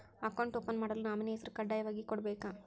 Account open ಮಾಡಲು nominee ಹೆಸರು ಕಡ್ಡಾಯವಾಗಿ ಕೊಡಬೇಕಾ?